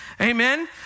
Amen